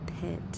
pit